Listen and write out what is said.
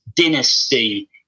Dynasty